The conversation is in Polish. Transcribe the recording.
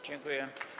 Dziękuję.